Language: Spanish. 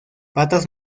patas